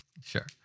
Sure